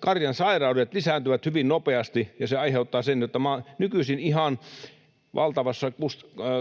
Karjan sairaudet lisääntyvät hyvin nopeasti, ja se aiheuttaa sen, että tämä nykyisin ihan valtavassa